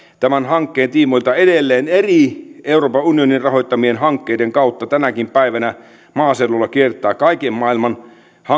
tämän hankkeen tiimoilta edelleen eri euroopan unionin rahoittamien hankkeiden kautta tänäkin päivänä maaseudulla kiertää kaiken maailman